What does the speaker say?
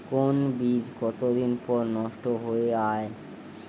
কোন বীজ কতদিন পর নষ্ট হয়ে য়ায়?